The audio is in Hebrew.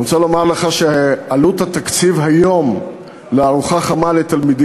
אני רוצה לומר לך שעלות התקציב לארוחה חמה לתלמידים